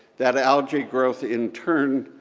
that ah algae growth, in turn,